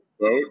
vote